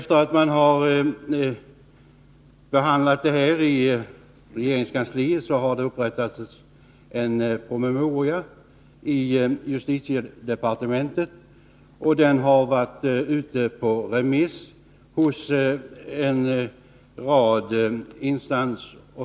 Sedan förslaget behandlats i regeringskansliet har det upprättats en promemoria inom justitiedepartementet, och den har varit ute på remiss hos en rad instanser.